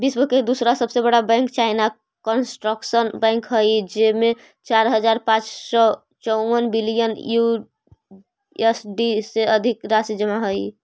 विश्व के दूसरा सबसे बड़ा बैंक चाइना कंस्ट्रक्शन बैंक हइ जेमें चार हज़ार पाँच सौ चउवन बिलियन यू.एस.डी से अधिक राशि जमा हइ